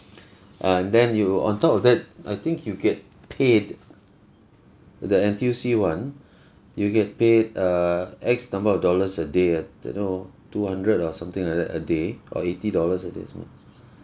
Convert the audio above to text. uh and then you on top of that I think you get paid the N_T_U_C one you get paid err X number of dollars a day uh I don't know two hundred or something like that a day or eighty dollars a day or something